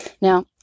Now